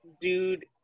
dude